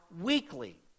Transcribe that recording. weekly